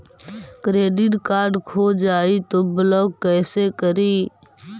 Credit card खो जाए तो ब्लॉक कैसे करी?